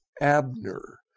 Abner